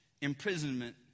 imprisonment